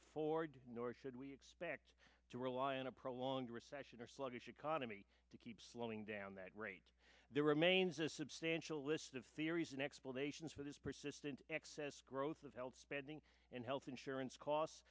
afford nor should we expect to rely on a prolonged recession or sluggish economy to keep slowing down that rate there remains a substantial list of theories and explanations for this persistent excess growth of health spending in health insurance costs